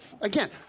Again